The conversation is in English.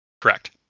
correct